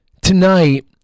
tonight